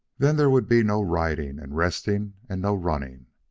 then there would be no riding and resting, and no running.